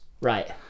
Right